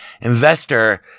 investor